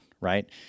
right